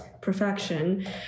perfection